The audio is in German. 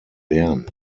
bern